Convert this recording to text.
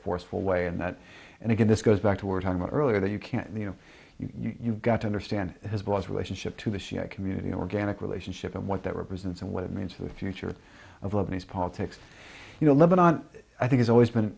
forceful way and that and again this goes back to were talking earlier that you can't you know you've got to understand his last relationship to the shia community organic relationship and what that represents and what it means for the future of lebanese politics you know lebanon i think it's always been